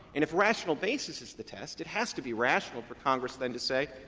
and if rational basis is the test, it has to be rational for congress then to say,